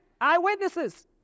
eyewitnesses